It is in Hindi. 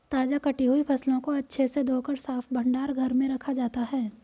ताजा कटी हुई फसलों को अच्छे से धोकर साफ भंडार घर में रखा जाता है